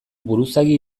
buruzagi